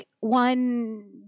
one